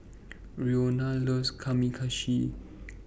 Roena loves Kamameshi